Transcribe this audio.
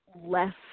less